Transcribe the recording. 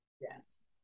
Yes